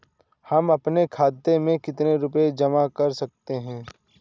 हम अपने खाते में कितनी रूपए जमा कर सकते हैं?